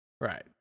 Right